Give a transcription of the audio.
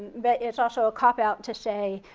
but it's also a cop-out to say,